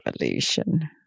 revolution